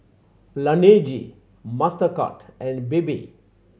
Laneige Mastercard and Bebe